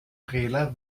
trailer